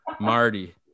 marty